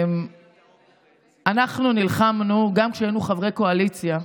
אנחנו נלחמנו, גם כשהיינו חברי קואליציה,